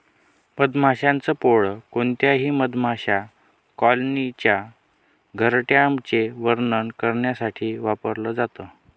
मधमाशांच पोळ कोणत्याही मधमाशा कॉलनीच्या घरट्याचे वर्णन करण्यासाठी वापरल जात